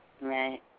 Right